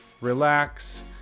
relax